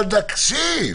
תקשיב.